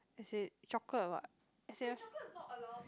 as in chocolate or what as in